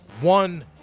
One